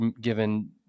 given